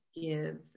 give